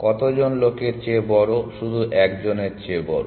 কতজন লোকের চেয়ে বড় শুধু একজনের চেয়ে বড়